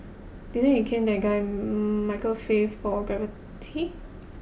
didn't you cane that guy Michael Fay for graffiti